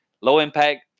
Low-impact